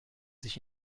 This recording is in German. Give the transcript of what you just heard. sich